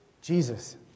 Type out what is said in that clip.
Jesus